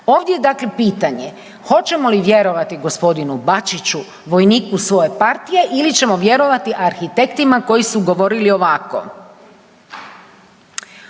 Ovdje dakle pitanje, hoćemo li vjerovati gospodinu Bačiću vojniku svoje partije ili ćemo vjerovati arhitektima koji su govorili ovako.